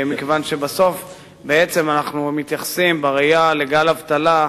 בעצם בסוף אנחנו מתייחסים לגל אבטלה,